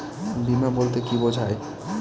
বিমা বলতে কি বোঝায়?